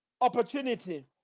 opportunity